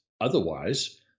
Otherwise